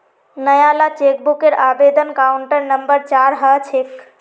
नयाला चेकबूकेर आवेदन counter number चार ह छेक